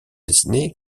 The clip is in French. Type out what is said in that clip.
dessinée